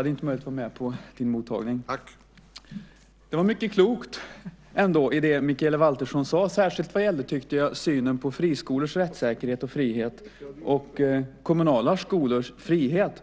hade inte möjlighet att vara med på din mottagning. Det var mycket i det som Mikaela Valtersson sade som var klokt, särskilt vad gällde synen på friskolors rättssäkerhet och frihet och kommunala skolors frihet.